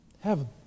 Heaven